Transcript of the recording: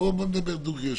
בוא נדבר דוגרי.